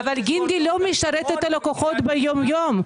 אבל גינדי לא משרת את הלקוחות ביום יום.